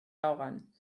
ahogan